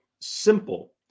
simple